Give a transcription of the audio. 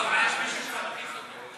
(ראיות חסויות וערעור על החלטות ביניים),